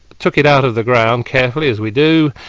took it out of the ground carefully as we do.